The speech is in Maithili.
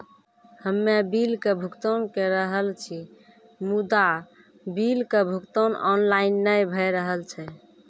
हम्मे बिलक भुगतान के रहल छी मुदा, बिलक भुगतान ऑनलाइन नै भऽ रहल छै?